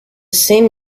same